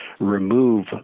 remove